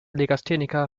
legastheniker